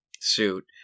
suit